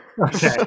Okay